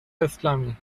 اسلامی